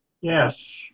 Yes